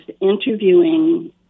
interviewing